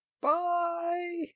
Bye